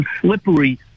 slippery